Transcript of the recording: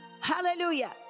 hallelujah